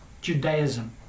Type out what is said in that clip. judaism